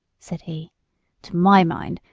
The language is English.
said he to my mind,